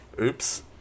Oops